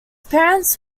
parents